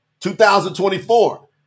2024